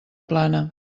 plana